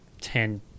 ten